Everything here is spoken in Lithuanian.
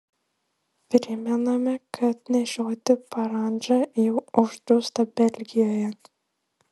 primename kad nešioti parandžą jau uždrausta belgijoje